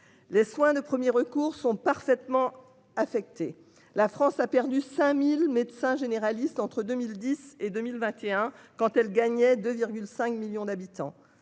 Les soins de 1er recours sont parfaitement affecté la France a perdu 5000 médecins généralistes, entre 2010 et 2021, quand elle gagnait 2 5 millions d'habitants